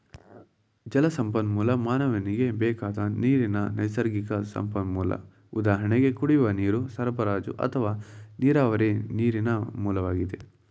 ಜಲಸಂಪನ್ಮೂಲ ಮಾನವನಿಗೆ ಬೇಕಾದ ನೀರಿನ ನೈಸರ್ಗಿಕ ಸಂಪನ್ಮೂಲ ಉದಾಹರಣೆ ಕುಡಿಯುವ ನೀರು ಸರಬರಾಜು ಅಥವಾ ನೀರಾವರಿ ನೀರಿನ ಮೂಲವಾಗಿ